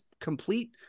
complete –